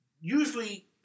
usually